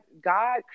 God